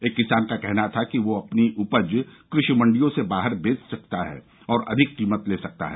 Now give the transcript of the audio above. एक किसान का कहना था कि वह अब अपनी उपज कृषि मंडियों से बाहर बेच सकता है और अधिक कीमत ले सकता है